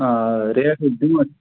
آ ریٚٹ چھِ دِژمٕژ